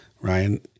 Ryan